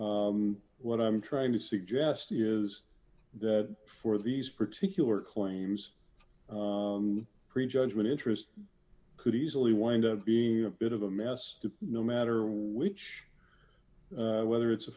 and what i'm trying to suggest is that for these particular claims pre judgment interest could easily wind up being a bit of a mess no matter which whether it's a